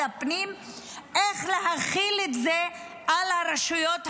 הפנים איך להחיל את זה על הרשויות המקומיות,